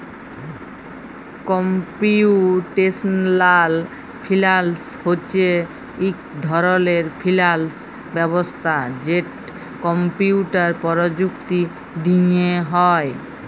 computational finance হছে ইক ধরলের ফিল্যাল্স ব্যবস্থা যেট কম্পিউটার পরযুক্তি দিঁয়ে হ্যয়